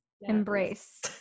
embrace